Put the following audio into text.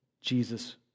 Jesus